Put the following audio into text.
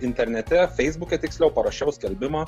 internete feisbuke tiksliau parašiau skelbimą